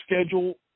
schedule